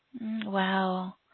Wow